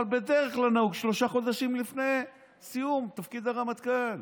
אבל בדרך כלל נהוג שלושה חודשים לפני סיום תפקיד הרמטכ"ל.